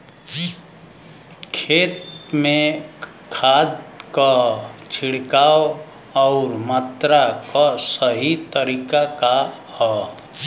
खेत में खाद क छिड़काव अउर मात्रा क सही तरीका का ह?